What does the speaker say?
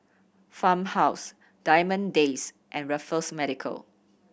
Farmhouse Diamond Days and Raffles Medical